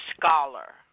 scholar